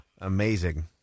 amazing